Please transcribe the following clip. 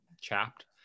chapped